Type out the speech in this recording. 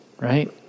right